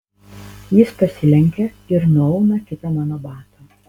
jis pasilenkia ir nuauna kitą mano batą